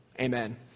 Amen